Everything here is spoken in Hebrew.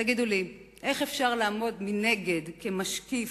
תגידו לי, איך אפשר לעמוד מנגד, כמשקיף,